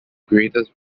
greatest